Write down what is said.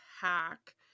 hack